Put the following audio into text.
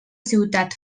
ciutat